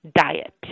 diet